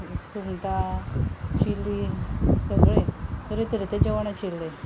सुंगटां चिली सगळें तरे तरेचें जेवण आशिल्लें